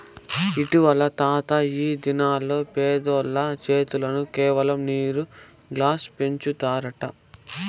ఇంటివా తాతా, ఈ దినాల్ల పెద్దోల్లు చెట్లను కేవలం నీరు గాల్ల పెంచుతారట